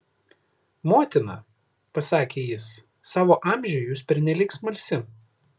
motina pasakė jis savo amžiui jūs pernelyg smalsi